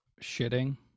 Shitting